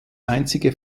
einzige